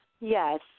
Yes